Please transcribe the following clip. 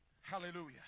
Hallelujah